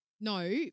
No